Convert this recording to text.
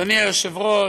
אדוני היושב-ראש,